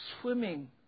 swimming